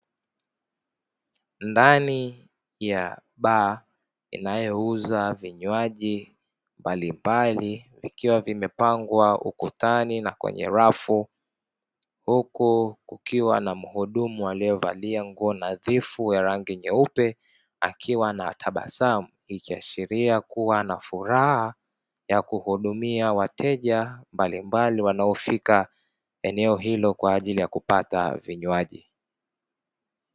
Ndani ya baa inayouza vinywaji mbalimbali vikiwa vimepangwa ukutani na kwenye rafu. Huku kukiwa na mhudumu aliyevalia nguo nadhifu ya rangi nyeupe akiwa na tabasamu, ikiashiria kuwa na furaha ya kuhudumia wateja mbalimbali wanaofika eneo hilo kwa ajili ya kupata vinywaji.